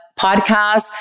podcasts